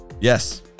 Yes